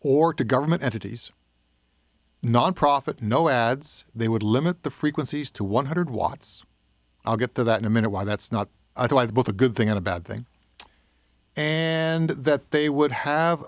or to government entities non profit no ads they would limit the frequencies to one hundred watts i'll get to that in a minute why that's not why the both a good thing and a bad thing and that they would have